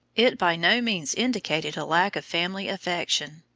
it by no means indicated a lack of family affection,